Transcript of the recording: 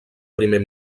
primer